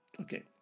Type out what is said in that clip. Okay